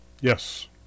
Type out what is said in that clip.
Yes